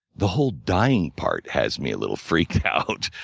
the whole dying part has me a little freaked out,